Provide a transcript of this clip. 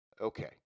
Okay